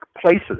places